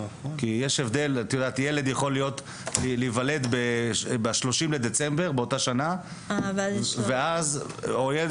ילד יכול להיוולד ב-30 בדצמבר או ילד